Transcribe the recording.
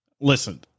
listen